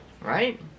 right